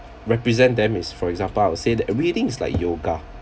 represent them is for example I would say that reading is like yoga